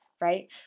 right